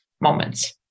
moments